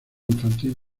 infantil